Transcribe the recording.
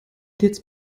jetzt